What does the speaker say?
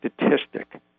statistic